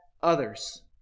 others